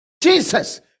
jesus